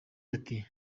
ati